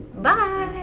bye